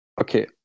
Okay